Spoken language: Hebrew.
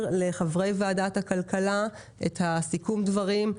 לחברי וועדת הכלכלה את סיכום הדברים,